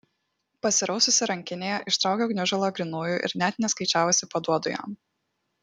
pasiraususi rankinėje ištraukiu gniužulą grynųjų ir net neskaičiavusi paduodu jam